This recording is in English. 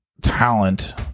talent